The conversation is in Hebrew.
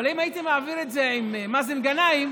אבל אם הייתי מעביר את זה עם מאזן גנאים,